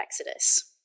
Exodus